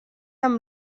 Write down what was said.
amb